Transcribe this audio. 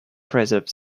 preserve